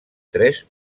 tres